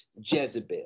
Jezebel